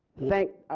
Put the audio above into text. thank